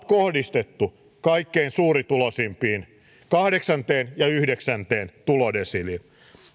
kohdistettu kaikkein suurituloisimpiin kahdeksas ja yhdeksänteen tulodesiiliin